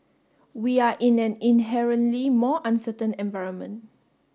we are in an inherently more uncertain environment